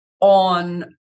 on